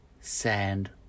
sand